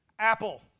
Apple